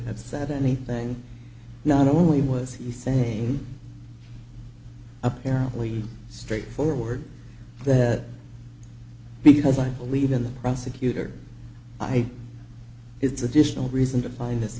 have said anything not only was he saying apparently straightforward that because i believe in the prosecutor i it's additional reason to find this